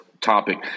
topic